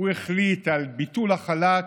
הוא החליט על ביטול החל"ת,